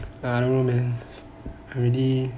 I already